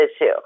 issue